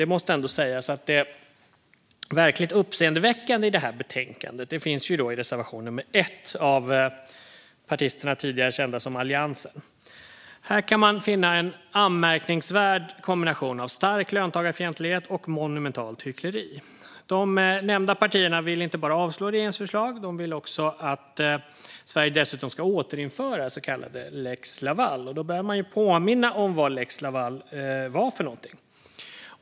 Det måste ändå sägas att det verkligt uppseendeväckande i det här betänkandet finns i reservation nr 1 av partisterna tidigare kända som Alliansen. Här kan man finna en anmärkningsvärd kombination av stark löntagarfientlighet och monumentalt hyckleri. De nämnda partierna vill inte bara avslå regeringens förslag. De vill dessutom att Sverige ska återinföra den så kallade lex Laval. Man behöver då påminna om vad lex Laval var.